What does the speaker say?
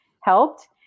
helped